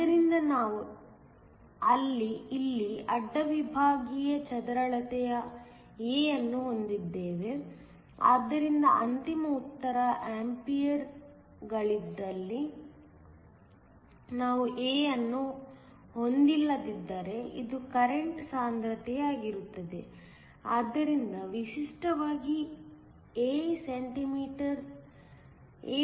ಆದ್ದರಿಂದ ನಾವು ಇಲ್ಲಿ ಅಡ್ಡ ವಿಭಾಗೀಯ ಚದರಳತೆ A ಅನ್ನು ಹೊಂದಿದ್ದೇವೆ ಆದ್ದರಿಂದ ಅಂತಿಮ ಉತ್ತರವು ಆಂಪಿಯರ್ಗಳಲ್ಲಿದೆ ನಾವು A ಅನ್ನು ಹೊಂದಿಲ್ಲದಿದ್ದರೆ ಇದು ಕರೆಂಟ್ ಸಾಂದ್ರತೆಯಾಗಿರುತ್ತದೆ ಆದ್ದರಿಂದ ವಿಶಿಷ್ಟವಾಗಿ A cm 2 ಅಥವಾ A m 2